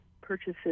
purchases